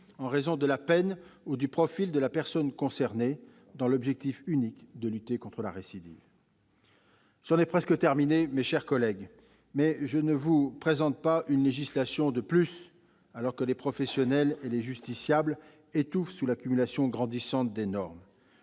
à raison de la peine ou du profil de la personne concernée, dans l'unique objectif de lutter contre la récidive. Mes chers collègues, nous ne vous présentons pas une législation de plus alors que les professionnels et les justiciables étouffent sous l'accumulation grandissante des normes.